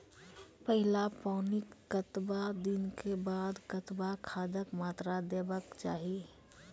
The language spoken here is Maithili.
पहिल पानिक कतबा दिनऽक बाद कतबा खादक मात्रा देबाक चाही?